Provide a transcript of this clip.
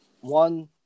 one